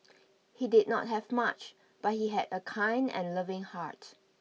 he did not have much but he had a kind and loving heart